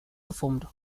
performed